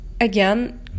again